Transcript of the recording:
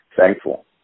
Thankful